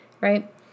Right